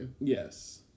yes